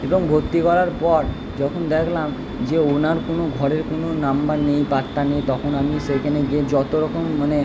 এবং ভর্তি করার পর যখন দেখলাম যে ওনার কোনো ঘরের কোনোই নম্বর নেই পাত্তা নেই তখন আমি সেইখানে গিয়ে যতোরকম মানে